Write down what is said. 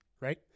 right